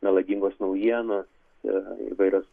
melagingos naujienos ir įvairios